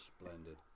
splendid